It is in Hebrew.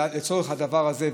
אולי לצורך הדבר הזה,